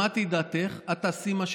שמעתי את דעתך, את תעשי מה שנכון.